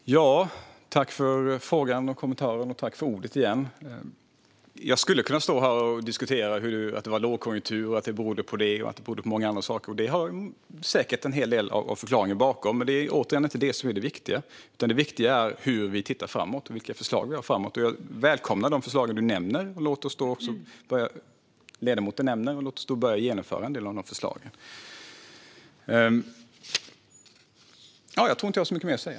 Fru talman! Tack för frågan och kommentaren! Jag skulle kunna stå här och diskutera och säga att det var lågkonjunktur och att det berodde på det och på många andra saker. Det var säkert en del av förklaringen, men återigen är det inte detta som är det viktiga. Det viktiga är hur vi tittar framåt och vilka förslag vi har. Jag välkomnar de förslag som ledamoten nämner. Låt oss börja genomföra en del av dem. Jag tror inte att jag har så mycket mer att säga.